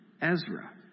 Ezra